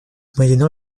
moyennant